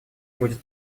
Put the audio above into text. будет